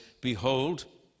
Behold